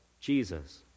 Jesus